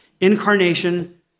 Incarnation